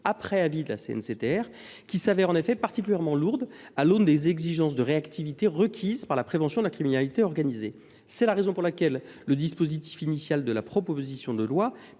après avis de la CNCTR. Cette procédure se révèle particulièrement lourde au regard des exigences de réactivité requises par la prévention de la criminalité organisée. Telle est la raison pour laquelle le dispositif initial de la proposition de loi